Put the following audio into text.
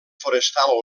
forestal